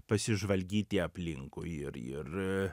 pasižvalgyti aplinkui ir ir